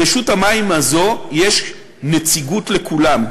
ברשות המים הזו יש נציגות לכולם,